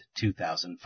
2005